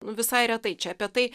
nu visai retai čia apie tai